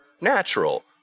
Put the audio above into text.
natural